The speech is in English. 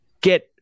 get